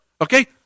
okay